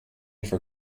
for